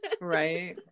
Right